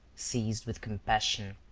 seized with compassion,